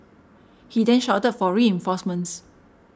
he then shouted for reinforcements